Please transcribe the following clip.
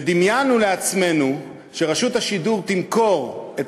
ודמיינו לעצמנו שרשות השידור תמכור את